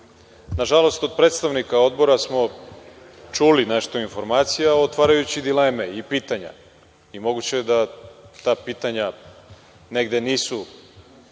nažalost od predstavnika odbora smo čuli nešto informacija, otvarajući dileme i pitanja. Moguće da ta pitanja negde nisu